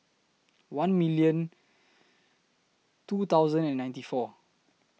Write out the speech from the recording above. one minute two thousand and ninety four